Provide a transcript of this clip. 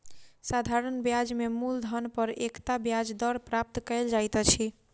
साधारण ब्याज में मूलधन पर एकता ब्याज दर प्राप्त कयल जाइत अछि